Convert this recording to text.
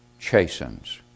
chastens